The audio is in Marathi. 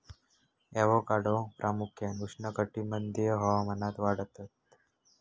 ॲवोकाडो प्रामुख्यान उष्णकटिबंधीय हवामानात वाढतत